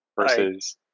versus